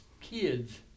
kids